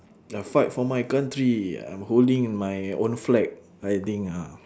the fight for my country I'm holding my own flag riding uh